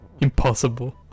Impossible